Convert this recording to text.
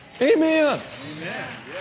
Amen